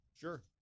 Sure